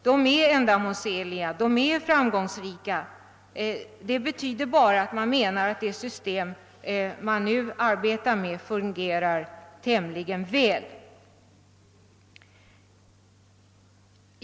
De är ändamålsenliga och framgångsrika. Det betyder bara att man menar att det system man nu arbetar med fungerar tämligen väl.